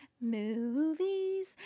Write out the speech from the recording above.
Movies